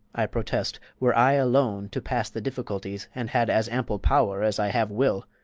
i protest, were i alone to pass the difficulties, and had as ample power as i have will,